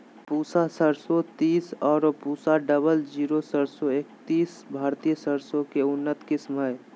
पूसा सरसों तीस आरो पूसा डबल जीरो सरसों एकतीस भारतीय सरसों के उन्नत किस्म हय